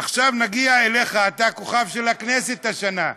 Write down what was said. עכשיו נגיע אליך, אתה הכוכב של הכנסת השנה.